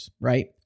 right